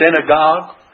synagogue